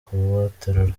kubaterura